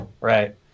right